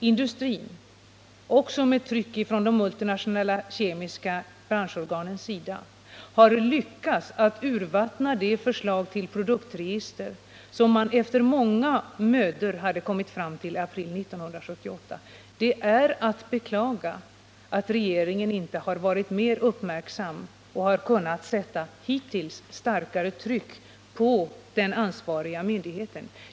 Produktkontrollnämnden har givit efter för trycket från de nationella och multinationella kemiska branschorganen och lyckats urvattna det förslag till produktregister som man efter många mödor hade kommit fram till i april 1978. Det är att beklaga att regeringen inte har varit mer uppmärksam och hittills inte har kunnat sätta starkare tryck på den ansvariga myndigheten.